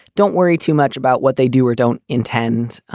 don't worry too much about what they do or don't intend.